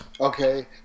Okay